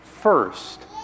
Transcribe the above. first